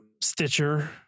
Stitcher